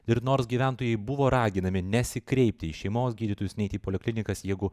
ir nors gyventojai buvo raginami nesikreipti į šeimos gydytojus neiti į poliklinikas jeigu